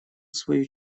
свою